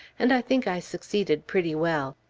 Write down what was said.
and think i succeeded pretty well.